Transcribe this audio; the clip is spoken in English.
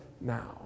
now